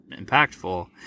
impactful